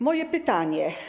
Moje pytanie.